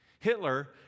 Hitler